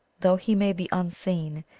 though he may be unseen,